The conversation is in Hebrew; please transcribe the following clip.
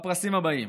הפרסים האלה: